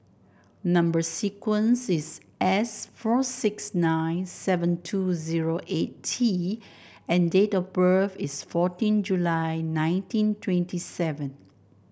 number sequence is S four six nine seven two zero eight T and date of birth is fourteen July nineteen twenty seven